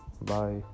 bye